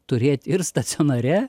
turėt ir stacionare